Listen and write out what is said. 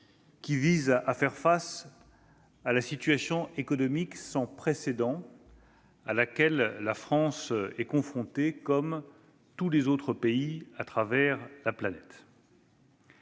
visant à faire face à la situation économique sans précédent à laquelle la France est confrontée, comme tous les autres sur la planète.